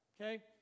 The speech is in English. Okay